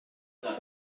mae